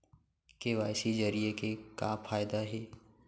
KYC जरिए के का फायदा हे?